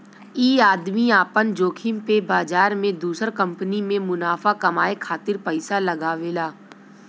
ई आदमी आपन जोखिम पे बाजार मे दुसर कंपनी मे मुनाफा कमाए खातिर पइसा लगावेला